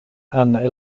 and